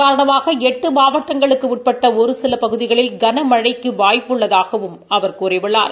காரணமாக எட்டு மாவட்டங்களுக்கு உட்பட்ட ஒரு சில பகுதிகளில் கனமழைக்கு வாய்ப்பு இதன் உள்ளதாகவும் அவர் கூறியுள்ளார்